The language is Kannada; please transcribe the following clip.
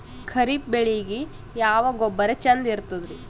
ಖರೀಪ್ ಬೇಳಿಗೆ ಯಾವ ಗೊಬ್ಬರ ಚಂದ್ ಇರತದ್ರಿ?